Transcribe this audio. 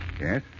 Yes